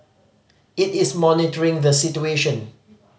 it is monitoring the situation